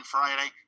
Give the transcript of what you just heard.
Friday